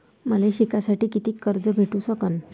मले शिकासाठी कितीक कर्ज भेटू सकन?